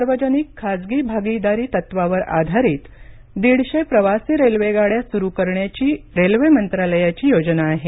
सार्वजनिक खासगी भागीदारी तत्त्वावर आधारित दीडशे प्रवासी रेल्वेगाड्या सुरू करण्याची रेल्वे मंत्रालयाची योजना आहे